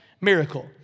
miracle